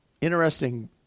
interesting